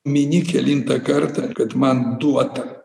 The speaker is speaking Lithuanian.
mini kelintą kartą kad man duota